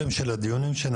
לקדם את התכנון בששת